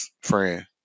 friend